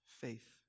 faith